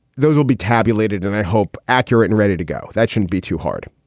those will be tabulated and i hope, accurate and ready to go. that shouldn't be too hard.